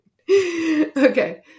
Okay